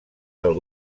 del